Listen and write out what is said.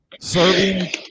serving